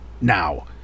Now